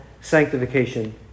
sanctification